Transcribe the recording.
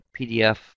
PDF